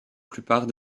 plupart